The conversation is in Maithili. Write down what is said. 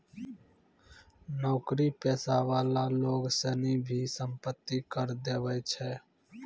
नौकरी पेशा वाला लोग सनी भी सम्पत्ति कर देवै छै